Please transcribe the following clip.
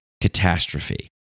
catastrophe